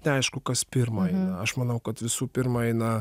neaišku kas pirma eina aš manau kad visų pirma eina